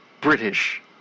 British